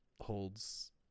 holds